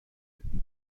بدی